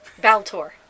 Valtor